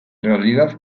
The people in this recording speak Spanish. realidad